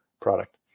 product